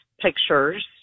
pictures